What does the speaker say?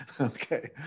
Okay